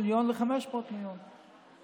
אולי ייתנו לו